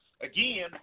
again